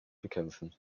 bekämpfen